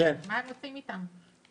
מה הם עושים איתם?